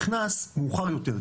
אפשר לראות שהוא נכנס מאוחר יותר,